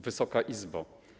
Wysoka Izbo!